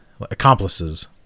accomplices